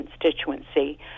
constituency